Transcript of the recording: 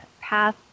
path